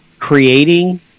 Creating